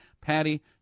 Patty